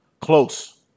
Close